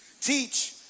teach